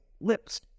lips